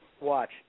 Watch